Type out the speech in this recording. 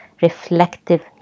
Reflective